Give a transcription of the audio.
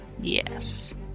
Yes